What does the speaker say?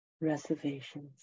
reservations